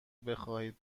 بخواهید